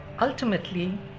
ultimately